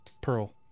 pearl